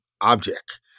object